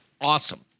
awesome